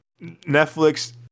Netflix